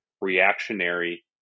reactionary